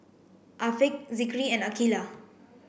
Afiq Zikri and Aqilah